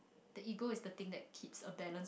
the ego is the thing that keeps a balance